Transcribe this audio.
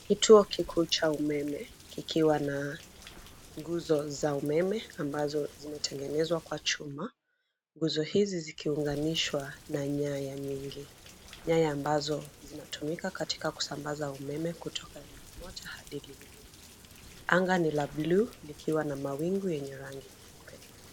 Kituo kikuu cha umeme. Kikiwa na nguzo za umeme, ambazo zimetengenezwa kwa chuma. Nguzo hizo zikiunganishwa na nyaya nyingi. Nyaya ambazo zinatumika katika kusambaza umeme kutoka eneo moja hadi lingine. Anga ni la blue likiwa na mawingu yenye rangi nyeupe.